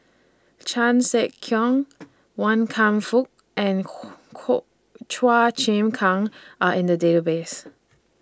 Chan Sek Keong Wan Kam Fook and Chua Chim Kang Are in The Database